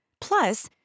Plus